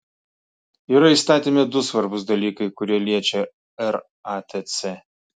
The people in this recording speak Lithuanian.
yra įstatyme du svarbūs dalykai kurie liečia ratc